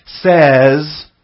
says